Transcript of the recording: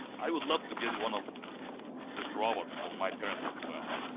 i would love to get one of this robot for my parents as well.